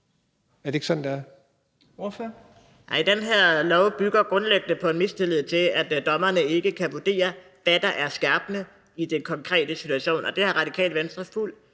Kristian Hegaard (RV): Nej, den her lov bygger grundlæggende på en mistillid til, at dommerne kan vurdere, hvad der er skærpende i den konkrete situation, og det har Radikale Venstre fuld